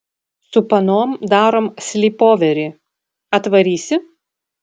su panom darom slypoverį atvarysi